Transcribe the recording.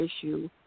issue